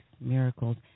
miracles